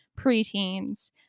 preteens